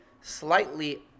slightly